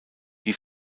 die